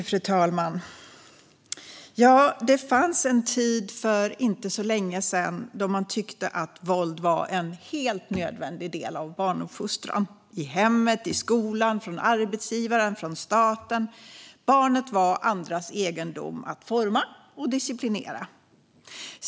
Fru talman! Det fanns en tid för inte så länge sedan då man tyckte att våld var en helt nödvändig del av barnuppfostran - i hemmet, i skolan, från arbetsgivaren, från staten. Barnet var andras egendom att forma och disciplinera.